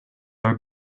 are